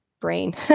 brain